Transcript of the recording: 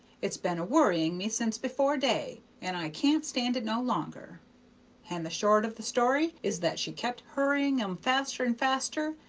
it's been a worrying me since before day, and i can't stand it no longer and the short of the story is that she kept hurrying em faster and faster,